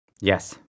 Yes